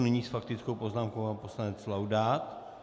Nyní s faktickou poznámkou pan poslanec Laudát.